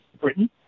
Britain